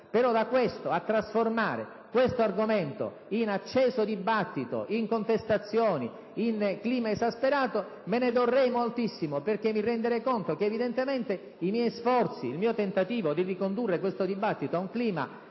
però, si trasforma questo argomento in acceso dibattito, in contestazioni, in clima esasperato, me ne dorrei moltissimo perché mi renderei conto che evidentemente i miei sforzi, il mio tentativo di ricondurre questo dibattito ad un clima